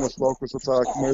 nesulaukus atsakymo